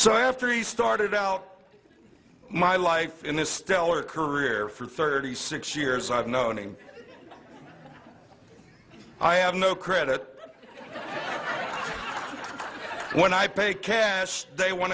so after he started out my life in his stellar career for thirty six years i've known him i have no credit when i pay cash they want